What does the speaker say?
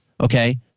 okay